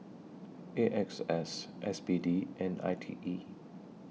A X S S B D and I T E